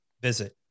visit